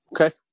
okay